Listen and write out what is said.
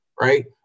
right